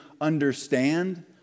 understand